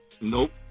Nope